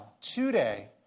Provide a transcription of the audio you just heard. today